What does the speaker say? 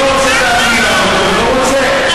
לא רוצה להפיל לך אותו, לא רוצה.